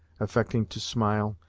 affecting to smile,